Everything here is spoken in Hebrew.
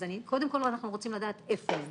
אז קודם כל אנחנו רוצים לדעת איפה הם,